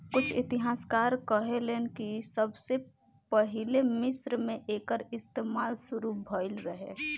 कुछ इतिहासकार कहेलेन कि सबसे पहिले मिस्र मे एकर इस्तमाल शुरू भईल रहे